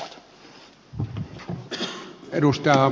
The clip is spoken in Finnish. arvoisa puhemies